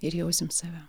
ir jausim save